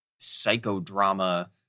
psychodrama